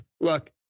look